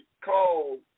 called